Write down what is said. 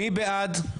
מי בעד?